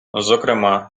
зокрема